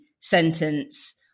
sentence